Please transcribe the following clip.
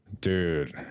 Dude